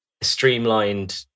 streamlined